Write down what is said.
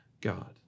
God